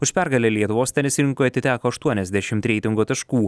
už pergalę lietuvos tenisininkui atiteko aštuoniasdešimt reitingo taškų